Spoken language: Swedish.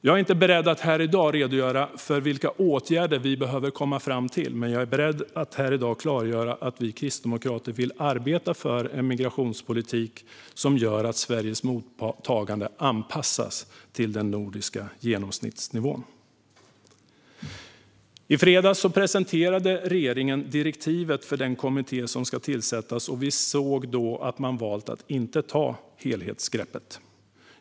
Jag är inte beredd att här i dag redogöra för vilka åtgärder vi behöver komma fram till, men jag är beredd att här i dag klargöra att vi kristdemokrater vill arbeta för en migrationspolitik som gör att Sveriges mottagande anpassas till den nordiska genomsnittsnivån. I fredags presenterade regeringen direktivet för den kommitté som ska tillsättas. Vi såg då att man har valt att inte ta helhetsgreppet.